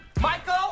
Michael